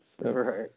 right